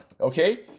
Okay